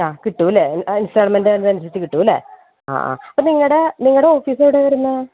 ആ കിട്ടുമല്ലേ ഇൻസ്റ്റാൾമെൻറ് അതിനനുരിച്ച് കിട്ടുമല്ലേ ആ ആ അപ്പം നിങ്ങളുടെ നിങ്ങളുടെ ഓഫീസെവിടെയാ വരുന്നത്